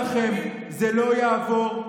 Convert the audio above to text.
הפכת את הממשלה למוסלמית.